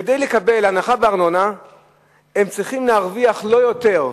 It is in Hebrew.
כדי לקבל הנחה בארנונה הם צריכים להרוויח לא יותר,